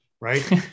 Right